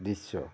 দৃশ্য